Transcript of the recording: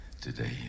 today